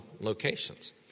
locations